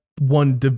one